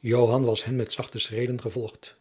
joan was hen met zachte schreden gevolgd